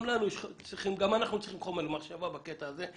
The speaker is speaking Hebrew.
גם אנחנו צריכים חומר למחשבה בקטע הזה,